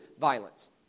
violence